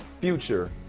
future